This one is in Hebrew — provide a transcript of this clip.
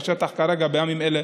כרגע, בימים אלה,